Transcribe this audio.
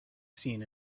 seen